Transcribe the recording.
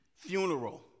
funeral